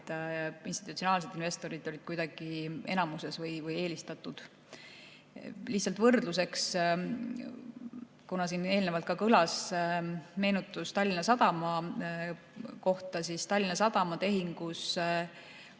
et institutsionaalsed investorid olid kuidagi enamuses või eelistatud. Lihtsalt võrdluseks, kuna siin eelnevalt kõlas meenutus Tallinna Sadama kohta, ütlen, et Tallinna Sadama tehingus